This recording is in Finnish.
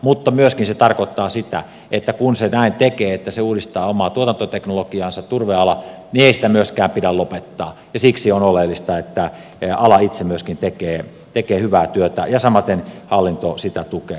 mutta myöskin se tarkoittaa sitä että kun se turveala näin tekee että se uudistaa omaa tuotantoteknologiaansa niin ei sitä myöskään pidä lopettaa ja siksi on oleellista että ala itse myöskin tekee hyvää työtä ja samaten hallinto sitä tukee